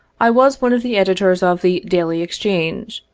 i was one of the editors of the daily exchange,